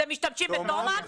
אתם משתמשים בתומקס?